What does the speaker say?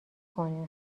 کنه